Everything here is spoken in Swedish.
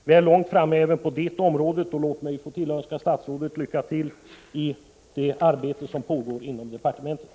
Vi är långt framme även på det området, och låt mig få önska statsrådet lycka till i det arbete som pågår inom departementet.